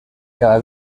cada